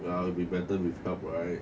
well it'll be better with help